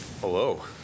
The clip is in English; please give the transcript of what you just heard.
Hello